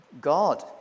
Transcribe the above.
God